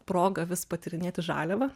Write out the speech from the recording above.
progą vis patyrinėti žaliavą